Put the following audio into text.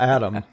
Adam